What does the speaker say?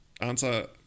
answer